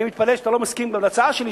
אני מתפלא שאתה לא מסכים להצעה שלי,